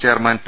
ചെ യർമാൻ പി